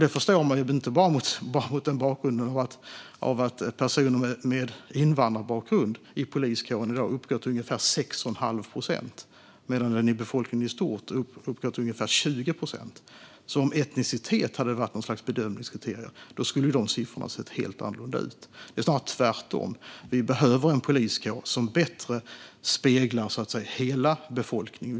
Det förstår man inte minst mot bakgrund av att andelen personer med invandrarbakgrund i poliskåren i dag uppgår till ungefär 6 1⁄2 procent medan den i befolkningen i stort uppgår till ungefär 20 procent. Om etnicitet hade varit något slags bedömningskriterium skulle de siffrorna ha sett helt annorlunda ut. Det är snarare tvärtom: Vi behöver en poliskår som bättre speglar hela befolkningen.